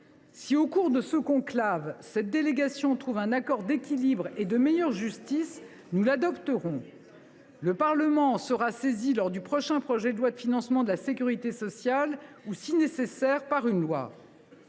Si, au cours de ce conclave, cette délégation trouve un accord d’équilibre et de meilleure justice, nous l’adopterons. Le Parlement en sera saisi lors du prochain projet de loi de financement de la sécurité sociale ou, si nécessaire, par un